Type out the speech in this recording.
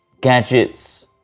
gadgets